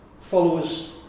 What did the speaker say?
followers